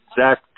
Zach